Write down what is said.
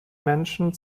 menschen